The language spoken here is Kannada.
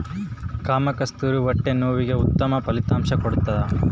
ಕಾಮಕಸ್ತೂರಿ ಹೊಟ್ಟೆ ನೋವಿಗೆ ಉತ್ತಮ ಫಲಿತಾಂಶ ಕೊಡ್ತಾದ